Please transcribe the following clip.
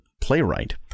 playwright